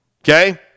okay